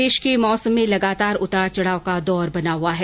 प्रदेश के मौसम में लगातार उतार चढाव का दौर बना हुआ है